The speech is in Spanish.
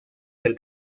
del